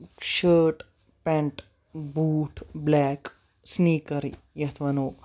shirt pant boot black سِنیٖکرے یَتھ وَنو